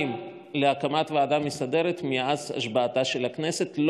שבועיים להקמת ועדה מסדרת מאז השבעתה של הכנסת.